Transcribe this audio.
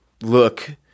look